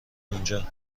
اونجا